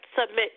submit